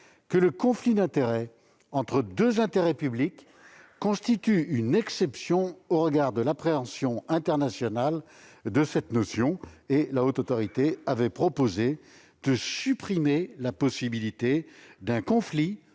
que le « conflit d'intérêts entre deux intérêts publics [...] constitue une exception au regard de l'appréhension internationale de cette notion. » La Haute Autorité avait donc proposé de « supprimer la possibilité d'un conflit